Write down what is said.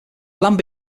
land